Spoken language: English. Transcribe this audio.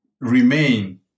remain